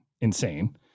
insane